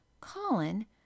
Colin